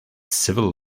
civil